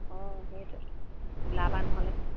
অঁ সেইটো ওলাবা নহ'লে